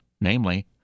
namely